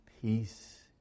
Peace